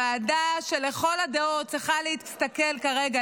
ועדה שלכל הדעות צריכה להסתכל כרגע,